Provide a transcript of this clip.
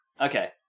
Okay